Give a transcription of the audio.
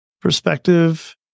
perspective